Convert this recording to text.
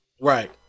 Right